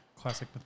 classic